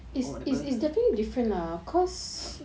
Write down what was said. or whatever